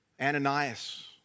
Ananias